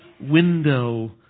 window